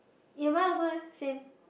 eh mine also eh same